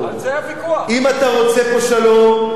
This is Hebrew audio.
אם אתה רוצה פה שלום,